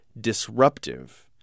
disruptive